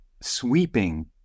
sweeping